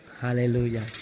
Hallelujah